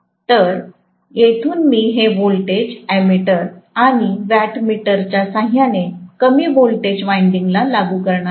तर येथून मी हे व्होल्टेज एम्मीटर आणि वॅटमीटरच्या सहाय्याने कमी व्होल्टेज वायंडिंग ला लागू करणार आहे